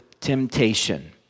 temptation